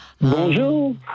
Bonjour